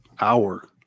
hour